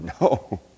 No